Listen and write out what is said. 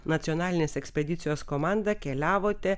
nacionalinės ekspedicijos komanda keliavote